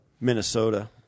Minnesota